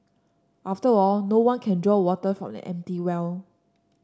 after all no one can draw water from an empty well